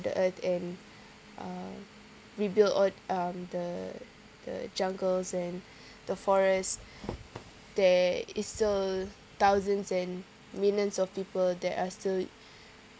the earth and uh rebuild on um the the jungles and the forest there is still thousands and millions of people that are still